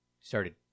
started